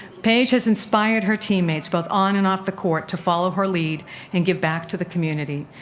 paige has inspired her teammates both on and off the court to follow her lead and give back to the community.